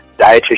dietitian